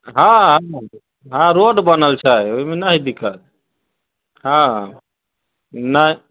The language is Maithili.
हँ हँ रोड बनल छै ओहिमे नहि है दिक्कत हँ नहि